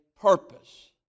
purpose